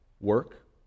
work